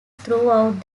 throughout